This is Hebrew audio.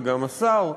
וגם השר,